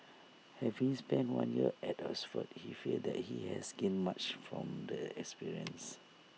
having spent one year at Oxford he feels that he has gained much from the experience